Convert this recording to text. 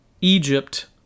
Egypt